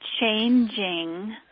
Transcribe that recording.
changing